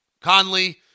Conley